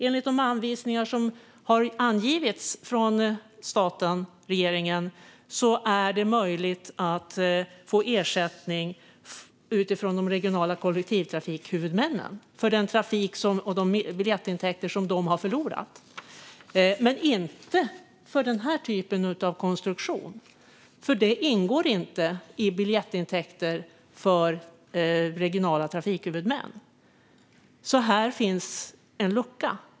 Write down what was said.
Enligt de anvisningar som angivits av staten och regeringen är det möjligt att få ersättning utifrån de regionala kollektivtrafikhuvudmännen för den trafik och de biljettintäkter som de har förlorat, men inte för den här typen av konstruktion därför att biljettintäkter för regionala trafikhuvudmän inte ingår. Det finns alltså en lucka här.